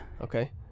Okay